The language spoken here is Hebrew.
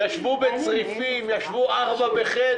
תשאלי את הוותיקים שישבו בצריפים, ישבו 4 בחדר.